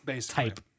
type